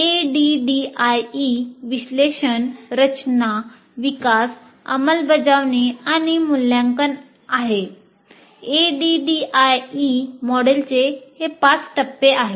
ADDIE विश्लेषण रचना विकास अंमलबजावणी आणि मूल्यांकन ADDIE मॉडेलचे हे 5 टप्पे आहेत